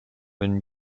when